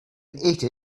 ate